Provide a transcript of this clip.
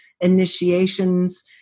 initiations